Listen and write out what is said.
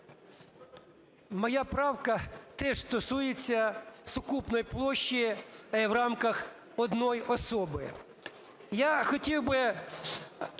Моя правка теж стосується сукупної площі в рамках одної особи.